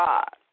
God